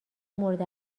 مورد